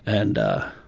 and